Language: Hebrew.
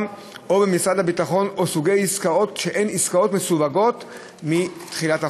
הממשלה או במשרד הביטחון או סוגי עסקאות שהן עסקאות מסווגות מתחולת החוק.